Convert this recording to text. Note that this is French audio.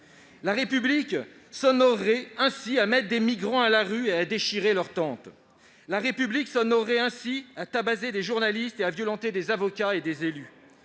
La République s'honorerait ainsi à mettre des migrants à la rue et à déchirer leurs tentes ... La République s'honorerait ainsi à tabasser des journalistes, à violenter des avocats et des élus